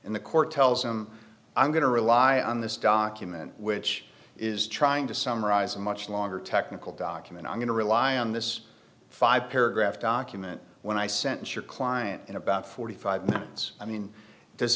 and the court tells him i'm going to rely on this document which is trying to summarize a much longer technical document i'm going to rely on this five paragraph document when i sentence your client in about forty five minutes i mean does